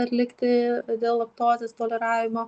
atlikti dėl laktozės toleravimo